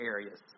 areas